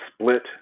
split